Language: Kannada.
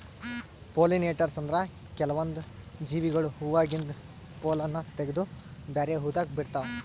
ಪೊಲಿನೇಟರ್ಸ್ ಅಂದ್ರ ಕೆಲ್ವನ್ದ್ ಜೀವಿಗೊಳ್ ಹೂವಾದಾಗಿಂದ್ ಪೊಲ್ಲನ್ ತಗದು ಬ್ಯಾರೆ ಹೂವಾದಾಗ ಬಿಡ್ತಾವ್